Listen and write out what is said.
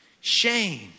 shame